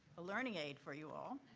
a learning aid for you all.